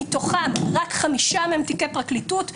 מתוכם רק כחמישה הם תיקי פרקליטות,